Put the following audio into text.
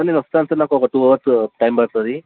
sir నేను వస్తాను sir నాకు ఒక టూ అవర్స్ టైమ్ పడుతుంది